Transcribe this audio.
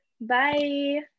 Bye